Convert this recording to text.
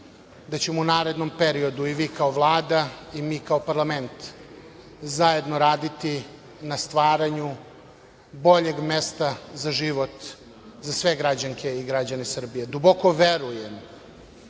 da ćemo u narednom periodu i vi kao Vlada i mi kao parlament zajedno raditi na stvaranju boljeg mesta za život za sve građanke i građane Srbije. Duboko verujem